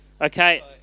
Okay